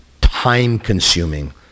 time-consuming